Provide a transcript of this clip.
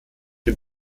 dem